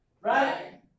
Right